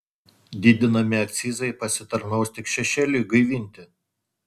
didinami akcizai pasitarnaus tik šešėliui gaivinti